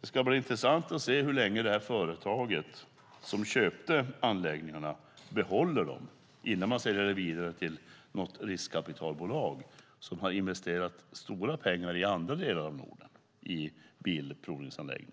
Det ska bli intressant att se hur länge företaget som köpte anläggningarna behåller dem innan de säljs vidare till något riskkapitalbolag som har investerat stora pengar i bilprovningsanläggningar i andra delar av Norden.